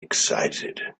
excited